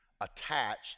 attached